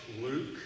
Luke